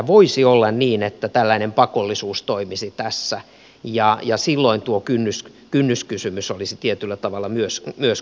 voisi olla niin että tällainen pakollisuus toimisi tässä ja silloin tuo kynnyskysymys olisi tietyllä tavalla korjattu